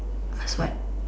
what